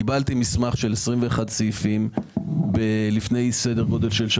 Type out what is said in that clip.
קיבלתי מסמך של 21 סעיפים לפני כשבועיים.